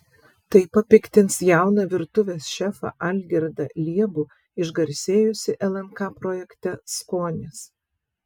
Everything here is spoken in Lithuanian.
tai papiktins jauną virtuvės šefą algirdą liebų išgarsėjusį lnk projekte skonis